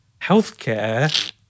healthcare